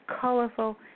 colorful